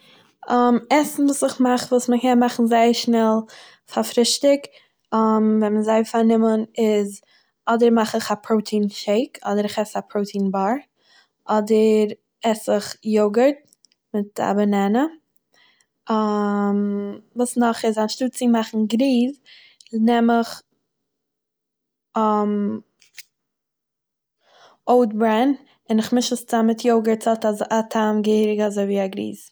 עסן וואס איך מאך וואס מ'קען מאכן זייער שנעל פאר פרישטיג ווען מ'איז זייע פארנומען איז אדער מאך איך א פראטין שעיק אדער איך עס א פראטין באר, אדער עס איך יאגארט מיט א בענענא, וואס נאך איז אנשטאט צו מאכן גרוז, נעם איך אויט-ברעין און איך מיש עס צאם מיט יאגארט ס'האט א טעם געהעריג אזוי ווי א גריז.